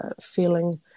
feeling